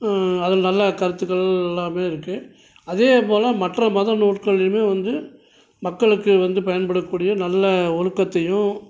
அதில் நல்லா கருத்துக்கள் எல்லாமே இருக்குது அதேபோல் மற்ற மத நூட்களிலுமே வந்து மக்களுக்கு வந்து பயன்படக்கூடிய நல்ல ஒழுக்கத்தையும்